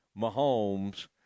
Mahomes